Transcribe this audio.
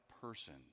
person